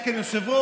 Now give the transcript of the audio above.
יש כאן יושב-ראש,